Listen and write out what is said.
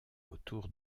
autour